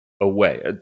away